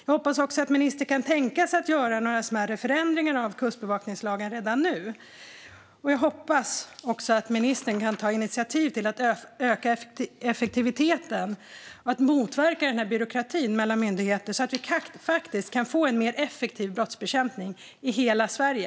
Jag hoppas också att ministern kan tänka sig att göra några smärre förändringar av kustbevakningslagen redan nu. Jag hoppas att ministern kan ta initiativ till att öka effektiviteten och motverka byråkratin mellan myndigheter, så att vi kan få en effektivare brottsbekämpning i hela Sverige.